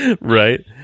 right